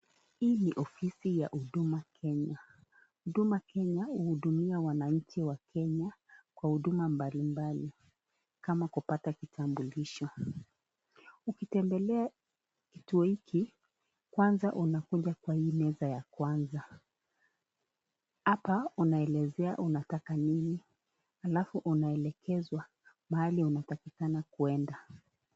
Hii ni ofisi ya huduma kenya huduma kenya huhudumia wananchi wakenya kwa huduma mbalimbali kama kupata kitambulisho. Ukitembelea kituo hiki kwanza unakuja kwa hii meza ya kwanza hapa unaelezea unataka nini alafu unaelekezwa mahali unatakikana kwenda.